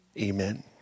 amen